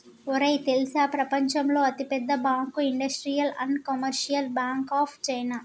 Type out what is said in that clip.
ఒరేయ్ తెల్సా ప్రపంచంలో అతి పెద్ద bank industrial and commercial bank of China